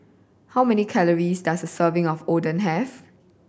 how many calories does a serving of Oden have